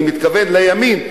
אני מתכוון לימין,